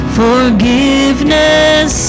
forgiveness